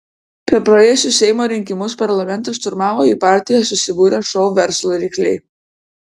per praėjusius seimo rinkimus parlamentą šturmavo į partiją susibūrę šou verslo rykliai